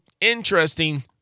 interesting